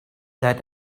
that